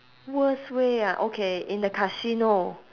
worst way ah okay in the casino